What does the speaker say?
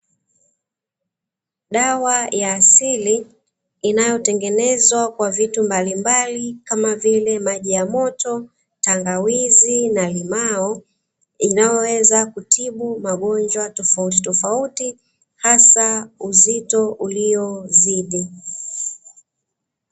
Dawa ya asili inayotengenezwa kwa vitu mbali kama vile: maji ya moto, tangawizi na limao, inayoweza kutibu magonjwa tofautitofauti hasa uzito uliozidi.